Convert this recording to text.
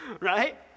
right